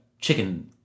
chicken